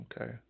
Okay